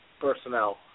personnel